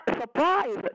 surprise